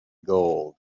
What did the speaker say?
gold